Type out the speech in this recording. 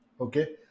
Okay